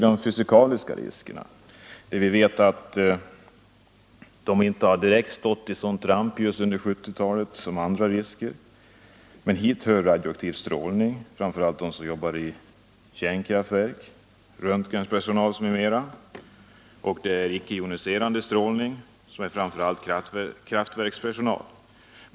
De fysikaliska riskerna. Dessa har inte direkt stått i rampljuset under 1970-talet på samma sätt som andra risker. Hit hör radioaktiv strålning — det gäller framför allt dem som jobbar i kärnkraftverk, röntgenpersonal m.fl. — och icke joniserande strålning, som främst berör kraftverkspersonal.